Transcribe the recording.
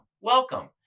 Welcome